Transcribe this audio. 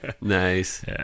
Nice